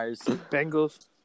Bengals